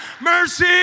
mercy